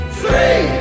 three